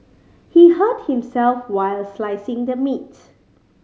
he hurt himself while slicing the meat